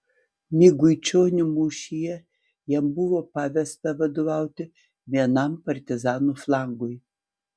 miguičionių mūšyje jam buvo pavesta vadovauti vienam partizanų flangui